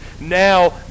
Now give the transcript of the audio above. now